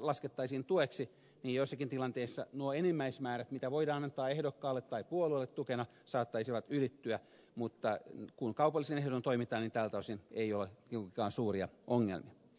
laskettaisiin tueksi niin joissakin tilanteissa nuo enimmäismäärät mitä voidaan antaa ehdokkaalle tai puolueelle tukena saattaisivat ylittyä mutta kun kaupallisin ehdoin toimitaan niin tältä osin ei ole juurikaan suuria ongelmia